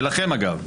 שלכם אגב,